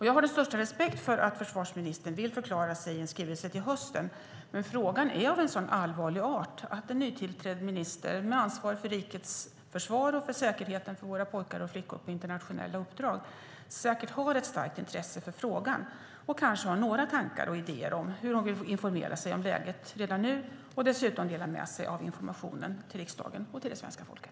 Jag har den största respekt för att försvarsministern vill förklara sig i en skrivelse till hösten, men frågan är av så allvarlig art att en nytillträdd minister med ansvar för rikets försvar och för säkerheten för våra pojkar och flickor på internationella uppdrag säkert har ett starkt intresse för frågan och kanske har några tankar och idéer om hur hon vill informera sig om läget redan nu och dessutom dela med sig av informationen till riksdagen och svenska folket.